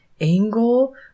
angle